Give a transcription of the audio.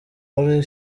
wari